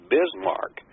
Bismarck